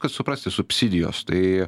kad suprasti subsidijos tai